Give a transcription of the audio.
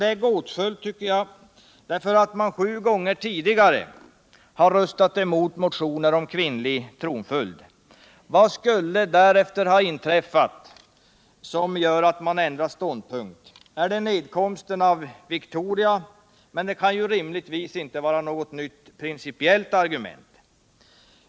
Det är gåtfullt, tycker jag, därför att man sju gånger tidigare har röstat emot motioner om kvinnlig tronföljd. Vad skulle därefter ha inträffat som gör att man ändrar ståndpunkt? Är det ankomsten av Victoria? Men det kan ju rimligtvis inte vara något nytt principiellt argument.